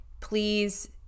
please